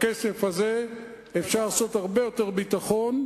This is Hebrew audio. בכסף הזה אפשר לעשות הרבה יותר ביטחון,